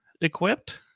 equipped